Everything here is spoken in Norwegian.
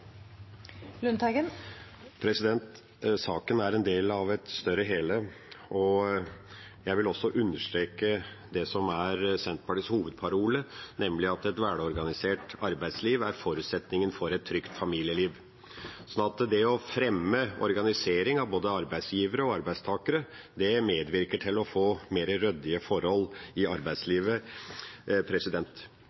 Senterpartiets hovedparole, nemlig at et velorganisert arbeidsliv er forutsetningen for et trygt familieliv. Det å fremme organisering av både arbeidsgivere og arbeidstakere medvirker til å få mer ryddige forhold i